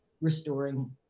restoring